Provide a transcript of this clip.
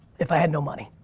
if i had no money.